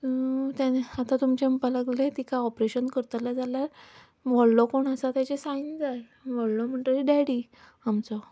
आतां तुमचें म्हणपाक लागलें तिका ऑपरेशन करतलो जाल्यार व्हडलो कोण आसा ताची सायन जाय व्हडलो म्हणटकीर डॅडी आमचो